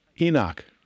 Enoch